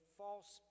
false